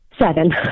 Seven